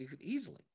easily